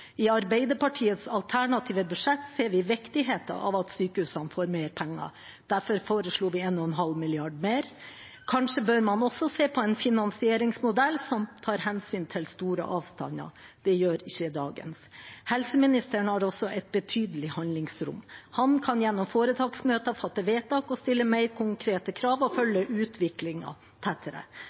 I Arbeiderpartiets alternative budsjett ser vi viktigheten av at sykehusene får mer penger. Derfor foreslo vi 1,5 mrd. kr mer. Kanskje bør man se på en finansieringsmodell som tar hensyn til store avstander. Det gjør ikke dagens modell. Helseministeren har også et betydelig handlingsrom. Han kan gjennom foretaksmøter fatte vedtak og stille mer konkrete krav og følge utviklingen tettere.